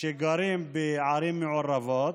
שגרים בערים מעורבות,